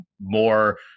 more